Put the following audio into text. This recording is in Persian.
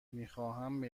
میخواهم